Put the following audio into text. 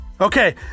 Okay